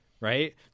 Right